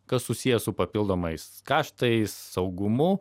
kas susiję su papildomais kaštais saugumu